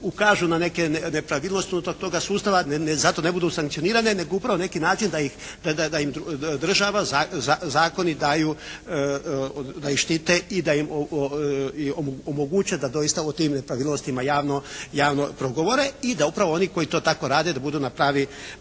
ukažu na neke nepravilnosti unutar toga sustava ne zato, ne budu sankcionirane, nego upravo na neki način da im država, zakoni daju, da ih štite i da im omoguće da doista o tim nepravilnostima javno progovore i da upravo oni koji to tako rade da budu na pravi